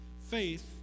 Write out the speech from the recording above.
Faith